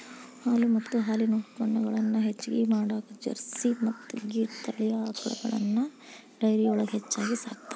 ಹಾಲು ಮತ್ತ ಹಾಲಿನ ಉತ್ಪನಗಳನ್ನ ಹೆಚ್ಚಗಿ ಮಾಡಾಕ ಜರ್ಸಿ ಮತ್ತ್ ಗಿರ್ ತಳಿ ಆಕಳಗಳನ್ನ ಡೈರಿಯೊಳಗ ಹೆಚ್ಚಾಗಿ ಸಾಕ್ತಾರ